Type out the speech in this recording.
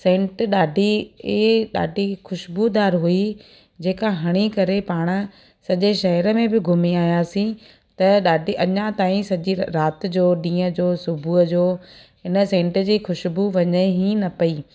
scent ॾाढी ई ॾाढी ख़ुश्बूदार हुई जेका हणी करे पाणि सॼे शहर में बि घुमी आयासीं त ॾाढी अञा ताईं सॼी राति जो ॾींहं जो सुबुह जो हिन सैंट जी ख़ुश्बू वञे ई न पेई